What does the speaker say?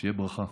שתהיה ברכה.